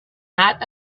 not